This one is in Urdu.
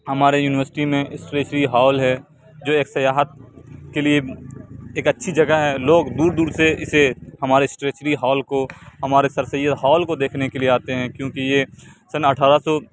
ہمارے یونیورسٹی میں اسٹریچری ہال ہے جو ایک سیاحت کے لیے ایک اچھی جگہ ہے لوگ دور دور سے اسے ہمارے اسٹریچری ہال کو ہمارے سر سید ہال کو دیکھنے کے لیے آتے ہیں کیونکہ یہ سن اٹھارہ سو